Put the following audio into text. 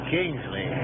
Kingsley